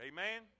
Amen